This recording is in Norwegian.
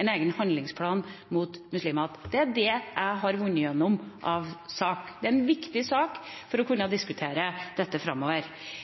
en egen handlingsplan mot muslimhat. Det er det jeg har vunnet gjennom av sak. Det er viktig for å kunne diskutere dette framover.